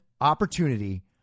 opportunity